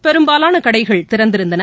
பெரும்பாலான கடைகள் திறந்திருந்தன